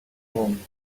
home